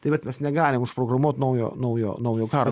tai vat mes negalim užprogramuot naujo naujo naujo karo